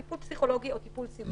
טיפול פסיכולוגי או טיפול סיעודי.